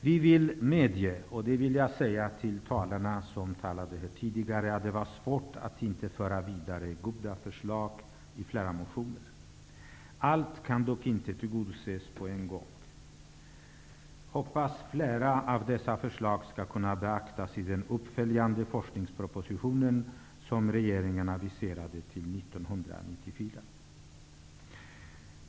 Jag vill till tidigare talare säga att det var svårt att inte föra vidare flera goda motionsförslag. Allt kan dock inte tillgodoses på en gång. Jag hoppas att flera av dessa förslag skall kunna beaktas i den uppföljande forskningsproposition som regeringen aviserade till 1994.